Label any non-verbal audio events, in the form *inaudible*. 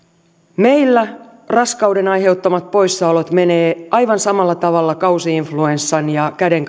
meillä raskauden aiheuttamat poissaolot menevät aivan samalla tavalla kausi influenssan ja käden *unintelligible*